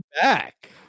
back